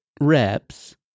reps